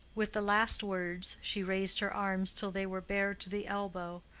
with the last words she raised her arms till they were bare to the elbow,